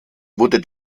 wurde